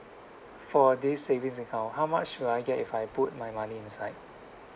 for this savings account how much would I get if I put my money inside